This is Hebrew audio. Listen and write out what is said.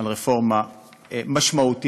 על רפורמה משמעותית.